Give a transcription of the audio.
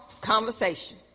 conversation